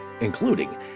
including